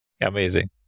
Amazing